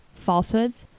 falsehoods?